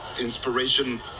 inspiration